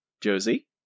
Josie